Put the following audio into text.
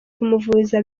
kumuvuza